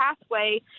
pathway